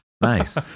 Nice